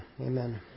amen